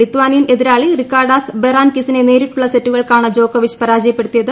Lithuanian എതിരാളി Ricardas ബെറാൻ കിസിനെ നേരിട്ടുള്ള സെറ്റുകൾക്കാണ് ജോക്കോവിച്ച് പരാജയപ്പെടു ത്തിയത്